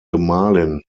gemahlin